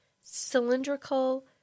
cylindrical